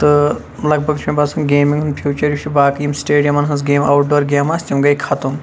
تہٕ لَگ بَگ چھُ مےٚ باسان گیمِنٛگ ہُنٛد فیوٗچَر یُس چھُ باقٕے یِم سٹیڈِیَمَن ہٕنٛز گیمہٕ اَوُٹ ڈور گیمہٕ آسہٕ تِم گٔے خَتم